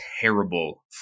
terrible